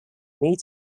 meet